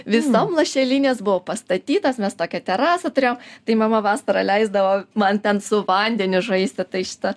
visom lašelinės buvo pastatytos mes tokią terasą turėjom tai mama vasarą leisdavo man ten su vandeniu žaisti tai šitą